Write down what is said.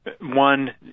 one